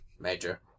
Major